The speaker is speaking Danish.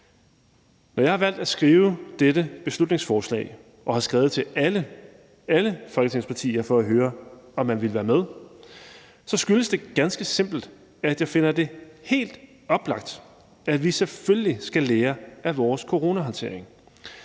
Når jeg har valgt at skrive dette beslutningsforslag og jeg har skrevet til alle – alle – Folketingets partier for at høre, om man ville være med, så skyldes det ganske simpelt, at jeg finder det helt oplagt, at vi selvfølgelig skal lære af vores coronahåndtering.